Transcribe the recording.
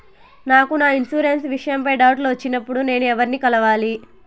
నాకు నా ఇన్సూరెన్సు విషయం పై డౌట్లు వచ్చినప్పుడు నేను ఎవర్ని కలవాలి?